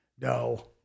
no